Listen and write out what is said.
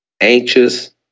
anxious